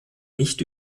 nicht